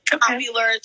popular